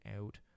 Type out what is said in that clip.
out